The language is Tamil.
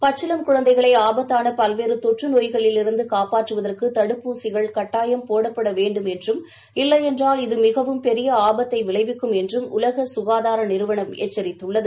பச்சிளம் குழந்தைகளை ஆபத்தானபல்வேறுதொற்றுநோய்களிலிருந்துகாப்பாற்றுவதற்குதடுப்பூசிகள் கட்டாயம் போடப்படவேண்டும் என்றும் இல்லையென்றால் இது மிகவும் பெரியஆபத்தைவிளைவிக்கும் என்றும் உலகசுகாதாரநிறுவனம் எச்சரித்துள்ளது